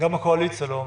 גם הקואליציה לא הומוגנית.